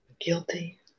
guilty